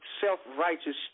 self-righteous